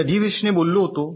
मी अधिवेशने बोललो होतो